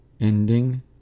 Ending